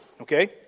okay